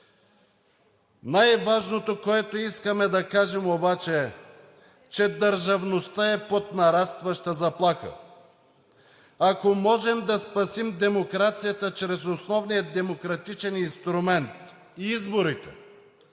Най-важното, което искам да кажа обаче, е, че държавността е под нарастваща заплаха. Ако можем да спасим демокрацията чрез основния демократичен инструмент– изборите,